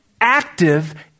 active